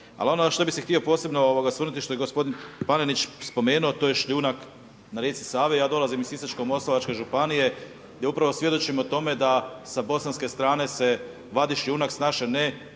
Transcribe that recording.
Ali ono na što bih se htio posebno osvrnuti što je i gospodin Panenić spomenuo to je šljunak na rijeci Savi. Ja dolazim iz Sisačko-moslavačke županije gdje upravo svjedočimo tome da sa bosanske strane se vadi šljunak sa naše,